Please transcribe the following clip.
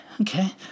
Okay